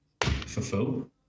fulfill